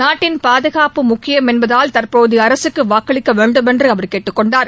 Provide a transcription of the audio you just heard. நாட்டின் பாதுகாப்பு முக்கியம் என்பதால் தற்போதையஅரசுக்குவாக்களிக்கவேண்டும் என்றுஅவர் கேட்டுக் கொண்டார்